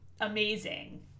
amazing